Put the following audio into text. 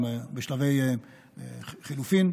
הם בשלבי חילופים,